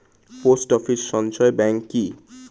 Post office সঞ্চয় bank কি?